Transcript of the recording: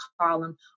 column